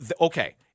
Okay